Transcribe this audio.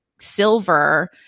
silver